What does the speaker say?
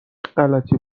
غلتی